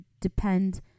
depend